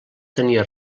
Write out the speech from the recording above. tenia